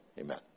amen